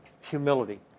humility